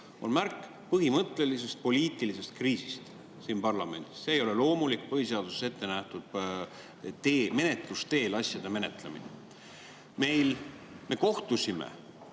on märk põhimõttelisest poliitilisest kriisist siin parlamendis. See ei ole loomulik põhiseaduses ettenähtud asjade menetlemise tee.